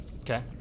Okay